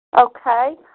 Okay